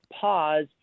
pause